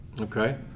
okay